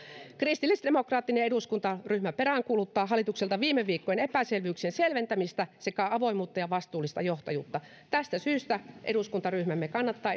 kristillisdemokraattinen eduskuntaryhmä peräänkuuluttaa hallitukselta viime viikkojen epäselvyyksien selventämistä sekä avoimuutta ja vastuullista johtajuutta tästä syystä eduskuntaryhmämme kannattaa